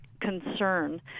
concern